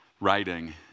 writing